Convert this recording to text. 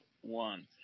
one